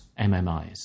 MMIs